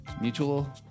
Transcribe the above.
Mutual